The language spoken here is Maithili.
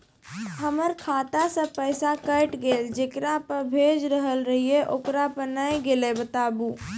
हमर खाता से पैसा कैट गेल जेकरा पे भेज रहल रहियै ओकरा पे नैय गेलै बताबू?